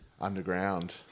Underground